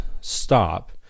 stop